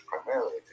primarily